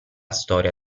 storia